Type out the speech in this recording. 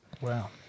Wow